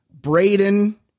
Braden